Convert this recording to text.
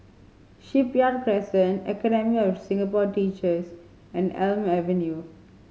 Shipyard Crescent Academy of Singapore Teachers and Elm Avenue